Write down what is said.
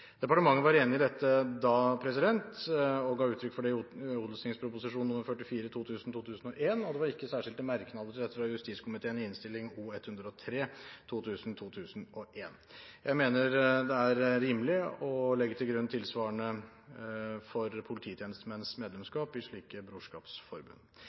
Departementet var enig i dette da, og ga uttrykk for det i Ot.prp. nr. 44 for 2000–2001, og det var ikke særskilte merknader til dette fra justiskomiteen i Innst. O. nr. 103 for 2000–2001. Jeg mener det er rimelig å legge til grunn tilsvarende for polititjenestemenns